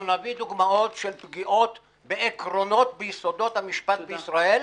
אנחנו נביא דוגמאות של פגיעות בעקרונות ביסודות המשפט בישראל,